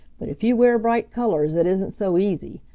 but if you wear bright colors it isn't so easy.